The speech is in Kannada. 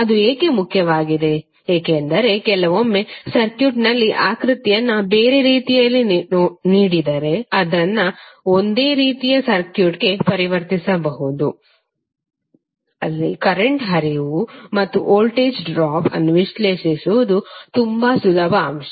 ಅದು ಏಕೆ ಮುಖ್ಯವಾಗಿದೆ ಏಕೆಂದರೆ ಕೆಲವೊಮ್ಮೆ ಸರ್ಕ್ಯೂಟ್ನಲ್ಲಿ ಆಕೃತಿಯನ್ನು ಬೇರೆ ರೀತಿಯಲ್ಲಿ ನೀಡಿದರೆ ಅದನ್ನು ಒಂದೇ ರೀತಿಯ ಸರ್ಕ್ಯೂಟ್ಗೆ ಪರಿವರ್ತಿಸಬಹುದು ಅಲ್ಲಿ ಕರೆಂಟ್ ಹರಿವು ಮತ್ತು ವೋಲ್ಟೇಜ್ ಡ್ರಾಪ್ ಅನ್ನು ವಿಶ್ಲೇಷಿಸುವುದು ತುಂಬಾ ಸುಲಭ ಅಂಶ